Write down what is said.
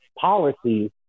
policies